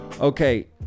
Okay